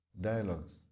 dialogues